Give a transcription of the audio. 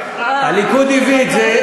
הליכוד הביא את זה,